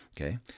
okay